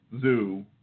zoo